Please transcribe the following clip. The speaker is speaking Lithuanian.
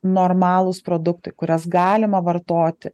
normalūs produktai kuriuos galima vartoti